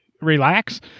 relax